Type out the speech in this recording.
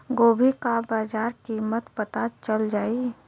गोभी का बाजार कीमत पता चल जाई?